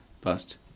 bust